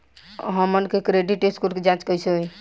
हमन के credit score के जांच कैसे होइ?